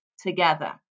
together